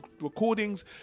recordings